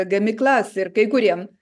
gamyklas ir kai kuriem